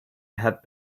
had